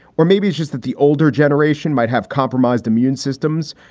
or maybe it's just that the older generation might have compromised immune systems,